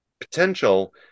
potential